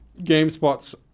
GameSpot's